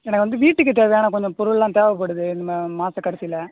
எனக்கு வந்து வீட்டுக்கு தேவையான கொஞ்சம் பொருள்லாம் தேவைப்படுது இந்த மாத கடைசியில்